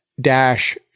dash